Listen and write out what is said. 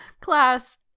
Class